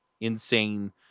insane